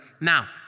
Now